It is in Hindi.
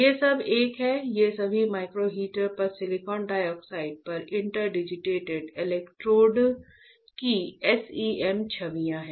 ये सब एक हैं ये सभी माइक्रो हीटर पर सिलिकॉन डाइऑक्साइड पर इंटरडिजिटेटेड इलेक्ट्रोड की SEM छवियां हैं